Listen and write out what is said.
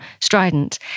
strident